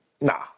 nah